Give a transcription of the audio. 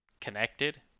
connected